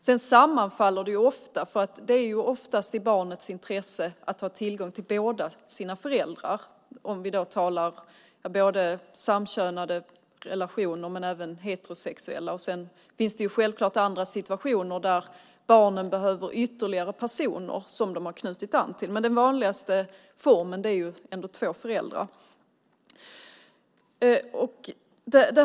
Men det sammanfaller ofta, för det ligger oftast i barnets intresse att ha tillgång till båda sina föräldrar. Det gäller både samkönade och heterosexuella relationer. Det finns självklart andra situationer där barnen behöver ytterligare personer som de har knutit an till. Men den vanligaste formen är ändå två föräldrar.